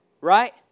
right